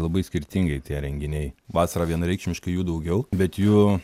labai skirtingai tie renginiai vasarą vienareikšmiškai jų daugiau bet jų